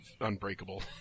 Unbreakable